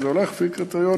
וזה הולך לפי קריטריונים,